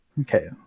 Okay